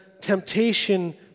temptation